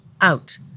out